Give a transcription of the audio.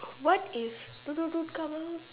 what if no no don't come out